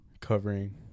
covering